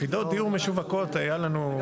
יחידות דיור משווקות היה לנו.